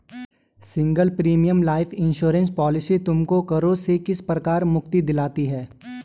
Single premium life insurance policy तुमको करों से किस प्रकार मुक्ति दिलाता है?